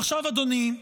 ועכשיו, אדוני,